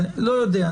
לא יודע.